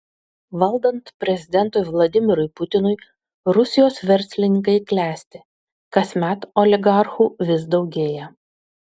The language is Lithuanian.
valdant prezidentui vladimirui putinui rusijos verslininkai klesti kasmet oligarchų vis daugėja